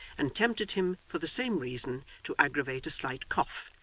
and tempted him, for the same reason, to aggravate a slight cough,